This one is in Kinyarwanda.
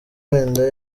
wenda